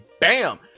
Bam